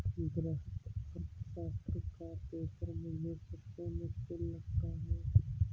वृहत अर्थशास्त्र का पेपर मुझे सबसे मुश्किल लगता है